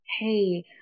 Hey